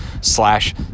slash